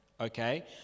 okay